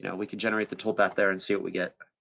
yeah we can generate the toolpath there and see what we get.